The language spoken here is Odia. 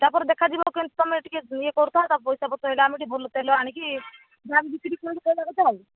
ତା'ପରେ ଦେଖାଯିବ କିନ୍ତୁ ତମେ ଟିକେ ଇଏ କରୁଥାଅ ପଇସାପତ୍ର ହେଲେ ଆମେ ଟିକେ ଭଲ ତେଲ ଆଣିକି ଯାହା ବିକିକି ଚଳିବା କଥା ଆଉ